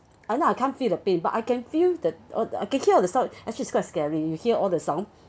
I know I can't feel the pain but I can feel the the I can hear the sound it's quite scary you hear all the sound